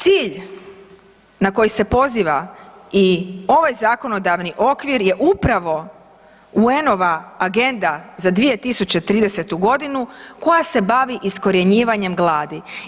Cilj na koji se poziva i ovaj zakonodavni okvir je upravo UN-ova agenda za 2030.-tu godinu koja se bavi iskorjenjivanjem gladi.